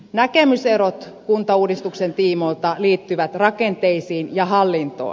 näkemyserot kuntauudistuksen tiimoilta liittyvät rakenteisiin ja hallintoon